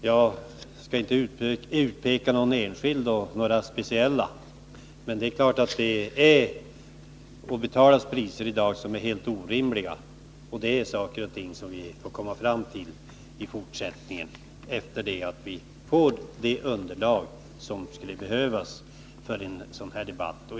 Jag skall inte utpeka någon särskild eller några speciella, men det är klart att det betalas priser i dag som är helt orimliga, och det är sådant som vi får ta ställning till i fortsättningen, efter det att vi fått det underlag som skulle behövas för en sådan här debatt.